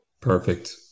Perfect